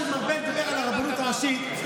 שמרבה לדבר על הרבנות הראשית,